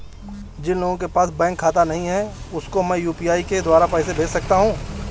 जिन लोगों के पास बैंक खाता नहीं है उसको मैं यू.पी.आई के द्वारा पैसे भेज सकता हूं?